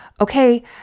okay